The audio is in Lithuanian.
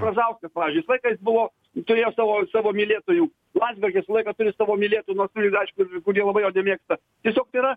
brazauskas pavyzdžiui visą laiką jis buvo jis turėjo savo savo mylėtojų landsbergis visą laiką turi savo mylėtų nors turi ir aišku kurie labai jo nemėgsta tiesiog tai yra